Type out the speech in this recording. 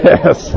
Yes